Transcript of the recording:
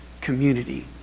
community